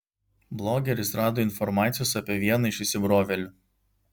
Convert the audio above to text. blogeris rado informacijos apie vieną iš įsibrovėlių